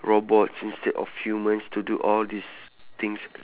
robots instead of humans to do all these things